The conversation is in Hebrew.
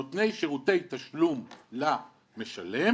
נותני שירותי תשלום למשלם.